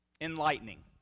enlightening